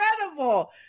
incredible